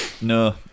No